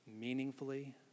meaningfully